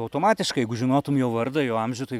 automatiškai jeigu žinotum jo vardą jo amžių tai